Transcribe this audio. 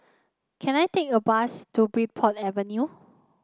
can I take a bus to Bridport Avenue